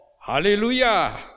Hallelujah